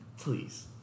Please